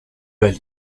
vas